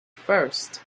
first